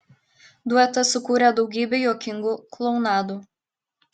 duetas sukūrė daugybę juokingų klounadų